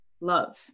love